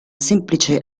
semplice